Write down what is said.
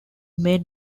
may